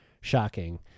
shocking